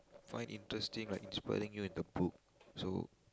find interesting like inspiring you in the book so